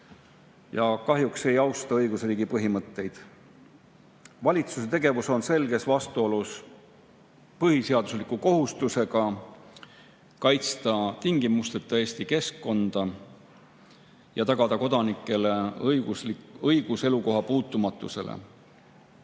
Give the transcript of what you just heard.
ja kahjuks ei austa õigusriigi põhimõtteid. Valitsuse tegevus on selges vastuolus põhiseadusliku kohustusega kaitsta tingimusteta Eesti keskkonda ja tagada kodanikele õigus elukoha puutumatusele.